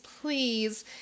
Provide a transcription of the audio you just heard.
please